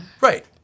Right